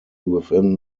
within